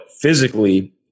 physically